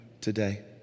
today